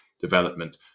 development